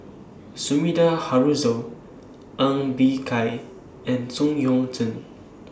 Sumida Haruzo Ng Bee Kia and Yuan Zhen